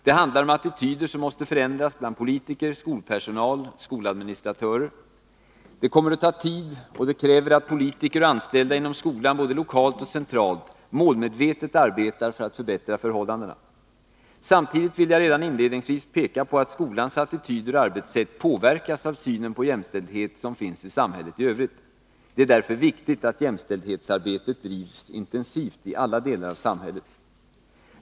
Det handlar om attityder som måste förändras bland politiker, skolpersonal och skoladministratörer. Det kommer att ta tid, och det kräver att politiker och anställda inom skolan, både lokalt och centralt, målmedvetet arbetar för att förbättra förhållandena. Samtidigt vill jag redan inledningsvis peka på att skolans attityder och arbetssätt påverkas av synen på jämställdhet som finns i samhället i övrigt. Det är därför viktigt att jämställdhetsarbetet drivs intensivt i alla delar av samhället.